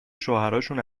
شوهراشون